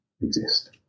exist